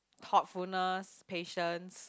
thoughtfulness patience